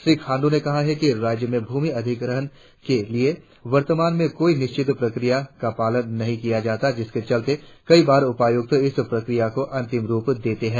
श्री खामड़ ने कहा कि राज्य में भूमि अधिग्रहण के लिए वर्तमान में कोई निश्चित प्रक्रिया का पालन नहीं किया जाता जिसके चलते कई बार उपायुक्त इस प्रक्रिया को अंतिम रुप देते है